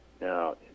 now